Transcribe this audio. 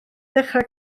ddechrau